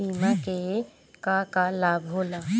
बिमा के का का लाभ होला?